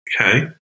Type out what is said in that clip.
okay